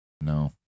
No